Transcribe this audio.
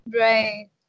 Right